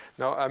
now, um